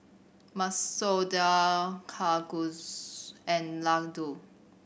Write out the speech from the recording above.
Masoor Dal Kalguksu and Ladoo